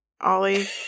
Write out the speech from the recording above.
Ollie